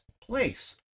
place